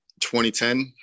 2010